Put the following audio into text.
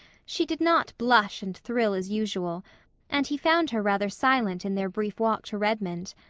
she did not blush and thrill as usual and he found her rather silent in their brief walk to redmond.